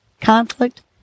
conflict